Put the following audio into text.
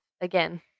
again